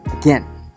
Again